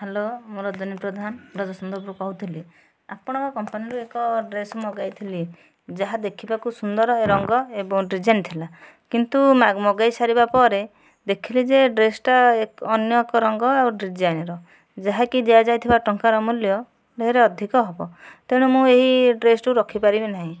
hello ମୁଁ ରଜନୀ ପ୍ରଧାନ ବ୍ରଜସୁନ୍ଦରପୁରରୁ କହୁଥିଲି ଆପଣଙ୍କ କମ୍ପାନୀରୁ ଏକ ଡ୍ରେସ ମଗାଇଥିଲି ଯାହା ଦେଖିବାକୁ ସୁନ୍ଦର ରଙ୍ଗ ଏବଂ ଡିଜାଇନ ଥିଲା କିନ୍ତୁ ମଗାଇ ସାରିବା ପରେ ଦେଖିଲି ଯେ ଡ୍ରେସଟା ଅନ୍ୟ ଏକ ରଙ୍ଗ ଓ ଡିଜାଇନର ଯାହାକି ଦିଆଯାଇଥିବା ଟଙ୍କାର ମୂଲ୍ୟରୁ ଅଧିକ ହେବ ତେଣୁ ମୁଁ ଏହି ଡ୍ରେସଟିକୁ ରଖିପାରିବି ନାହିଁ